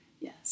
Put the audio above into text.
Yes